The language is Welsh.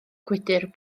gwydr